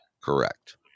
Correct